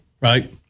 right